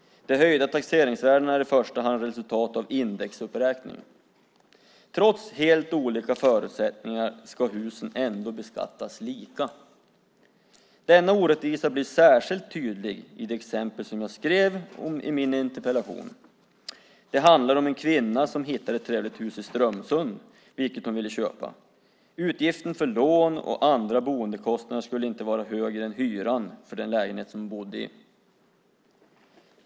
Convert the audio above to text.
De höjda taxeringsvärdena är i första hand resultat av indexuppräkning. Trots helt olika förutsättningar ska husen beskattas lika. Denna orättvisa blir särskilt tydlig i det exempel som jag skrev om i min interpellation. Det handlar om en kvinna som hittade ett trevligt hus i Strömsund som hon ville köpa. Utgifterna för lån och andra boendekostnader skulle inte bli högre än hyran för den lägenhet som hon bodde i.